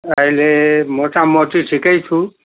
अहिले मोटामोटि ठिकै छु